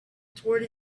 toward